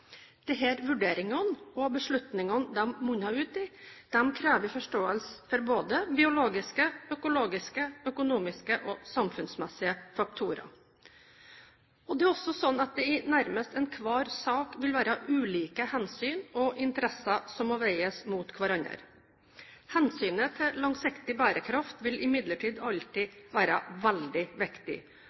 vurderingene og beslutningene de munner ut i, krever forståelse for både biologiske, økologiske, økonomiske og samfunnsmessige faktorer. Det er også slik at det nærmest i enhver sak vil være ulike hensyn og interesser som må veies mot hverandre. Hensynet til langsiktig bærekraft vil imidlertid alltid være veldig viktig,